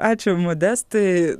ačiū modestui